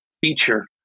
feature